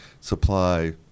supply